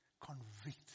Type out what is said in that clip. convict